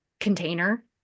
container